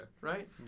Right